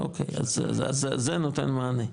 אוקי, אז זה נותן מענה,